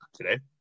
today